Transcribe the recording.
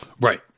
Right